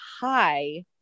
hi